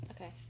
Okay